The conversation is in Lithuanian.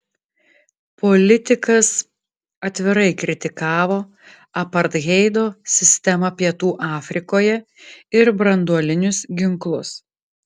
politikas atvirai kritikavo apartheido sistemą pietų afrikoje ir branduolinius ginklus